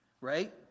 right